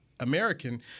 American